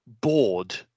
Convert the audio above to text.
bored